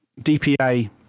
DPA